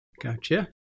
Gotcha